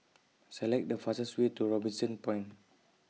Select The fastest Way to Robinson Point